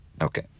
Okay